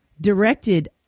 directed